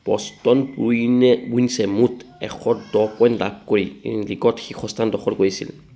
Boston Bruins ব্ৰুইনছে মুঠ এশ দহ পইণ্ট লাভ কৰি লীগত শীৰ্ষস্থান দখল কৰিছিল